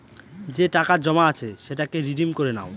যে টাকা জমা আছে সেটাকে রিডিম করে নাও